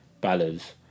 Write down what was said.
ballads